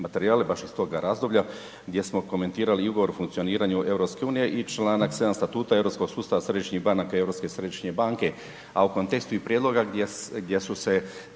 materijale baš iz toga razdoblja gdje smo komentirali i ugovor o funkcioniranju Europske unije i članak 7. Statuta europskog sustava središnjih banaka i Europske središnje banke, a u kontekstu i Prijedloga gdje su se